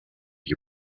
you